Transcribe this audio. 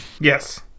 Yes